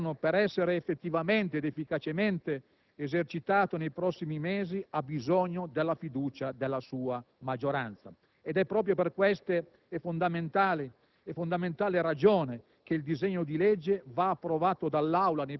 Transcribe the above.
sul lavoro. Ovviamente, l'impegno del Governo, per essere effettivamente ed efficacemente esercitato nei prossimi mesi, ha bisogno della fiducia della sua maggioranza. Ed è proprio per questa fondamentale